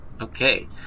Okay